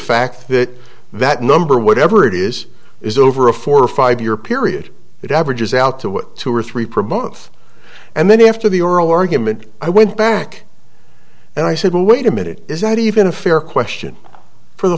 fact that that number whatever it is is over a four or five year period it averages out to what two or three promotes and then after the oral argument i went back and i said well wait a minute is that even a fair question for the